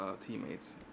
teammates